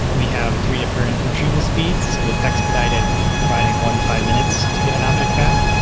we have three different retrieval speeds with expedited providing one to five minutes to get an object back,